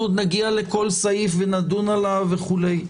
נגיע לכל סעיף, נדון בכל סעיף.